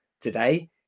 today